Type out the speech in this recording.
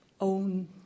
own